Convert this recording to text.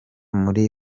muri